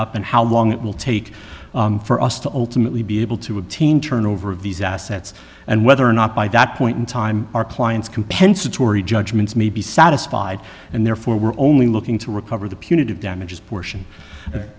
up and how long it will take for us to ultimately be able to obtain turnover of these assets and whether or not by that point in time our client's compensatory judgments may be satisfied and therefore we're only looking to recover the punitive damages portion